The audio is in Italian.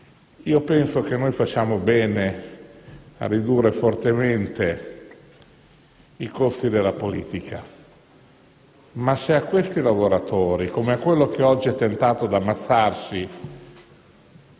Io penso che noi facciamo bene a ridurre fortemente i costi della politica, ma se a questi lavoratori, come quello che oggi ha tentato di suicidarsi